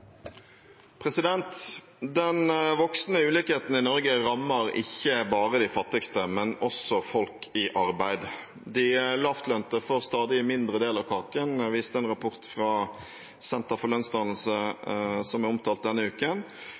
Den voksende ulikheten i Norge rammer ikke bare de fattigste, men også folk i arbeid. De lavtlønte får en stadig mindre del av kaken, viste en rapport fra Senter for lønnsdannelse som er omtalt denne uken.